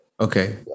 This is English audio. Okay